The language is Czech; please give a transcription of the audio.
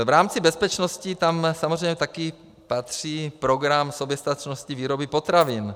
V rámci bezpečnosti tam samozřejmě také patří program soběstačnosti výroby potravin.